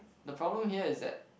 the problem here is that